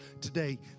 today